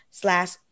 slash